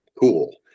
cool